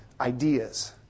ideas